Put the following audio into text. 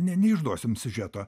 ne neišduosim siužeto